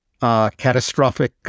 Catastrophic